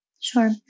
Sure